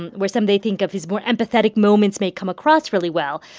and where some, they think, of his more empathetic moments may come across really well.